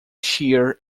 shear